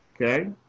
okay